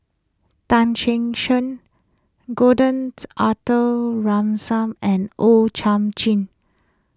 Tan Che Sang Gordon's Arthur Ransome and O Thiam Chin